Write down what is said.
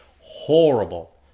horrible